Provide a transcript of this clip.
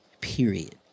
Period